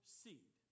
seed